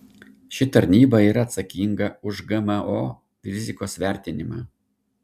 ši tarnyba yra atsakinga už gmo rizikos vertinimą